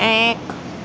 ایک